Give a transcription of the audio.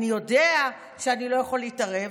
אני יודע שאני לא יכול להתערב,